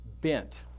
bent